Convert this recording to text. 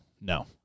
No